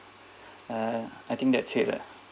uh I think that's it lah